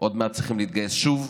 עוד מעט צריכים להתגייס שוב,